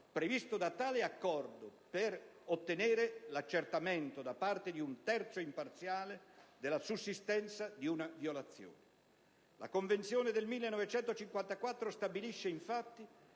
previsti da tale accordo per ottenere l'accertamento, da parte di un terzo imparziale, della sussistenza di una violazione. La Convenzione del 1954 stabilisce, infatti,